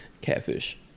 Catfish